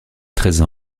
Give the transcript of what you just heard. treize